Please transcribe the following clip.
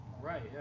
right